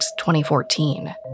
2014